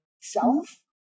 self